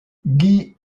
guy